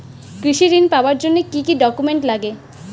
কৃষি ঋণ পাবার জন্যে কি কি ডকুমেন্ট নাগে?